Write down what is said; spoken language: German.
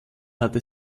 hatte